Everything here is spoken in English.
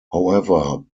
however